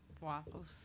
Waffles